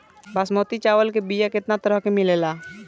बासमती चावल के बीया केतना तरह के मिलेला?